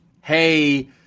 hey